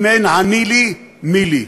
אם אין עני לי, מי לי.